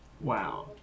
wow